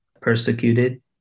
persecuted